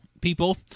people